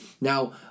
Now